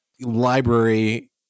library